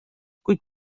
kuid